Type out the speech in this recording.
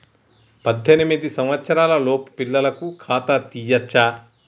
పద్దెనిమిది సంవత్సరాలలోపు పిల్లలకు ఖాతా తీయచ్చా?